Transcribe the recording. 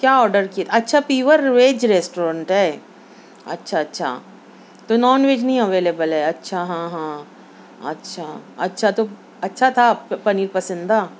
کیا آڈر کیے تھے اچھا پیور ویج ریسٹورینٹ ہے اچھا اچھا تو نان ویج نہیں اویلیبل ہے اچھا ہاں ہاں اچھا اچھا تو اچھا تھا پنیر پسندا